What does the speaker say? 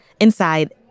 Inside